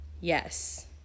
Yes